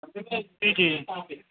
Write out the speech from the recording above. چلیے ٹھیک